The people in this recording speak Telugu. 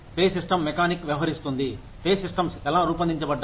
పే సిస్టం మెకానిక్ వ్యవహరిస్తుంది పే సిస్టమ్స్ ఎలా రూపొందించబడ్డాయి